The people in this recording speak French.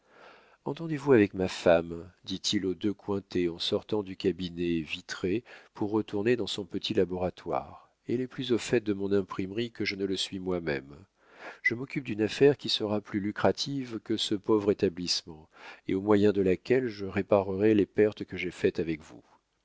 entendez-vous avec ma femme dit-il aux deux cointet en sortant du cabinet vitré pour retourner dans son petit laboratoire elle est plus au fait de mon imprimerie que je ne le suis moi-même je m'occupe d'une affaire qui sera plus lucrative que ce pauvre établissement et au moyen de laquelle je réparerai les pertes que j'ai faites avec vous